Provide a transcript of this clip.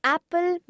Apple